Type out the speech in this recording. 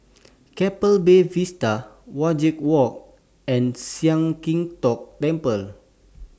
Keppel Bay Vista Wajek Walk and Sian Keng Tong Temple